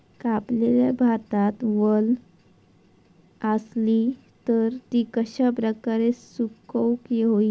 कापलेल्या भातात वल आसली तर ती कश्या प्रकारे सुकौक होई?